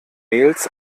mails